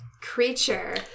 creature